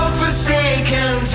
forsaken